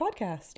podcast